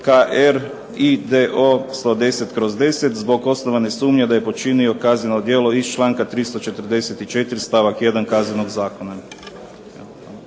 KR IDO 110/10 zbog osnovane sumnje da je počinio kazneno djelo iz članka 344. stavak 1. Kaznenog zakona."